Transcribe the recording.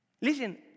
Listen